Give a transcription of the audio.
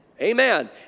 Amen